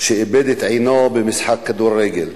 שאיבד את עינו במשחק כדורגל.